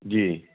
ਜੀ